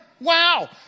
Wow